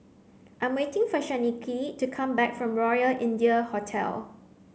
I'm waiting for Shanequa to come back from Royal India Hotel